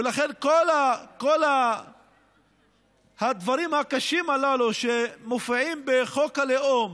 ולכן, כל הדברים הקשים הללו שמופיעים בחוק הלאום